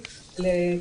צפון,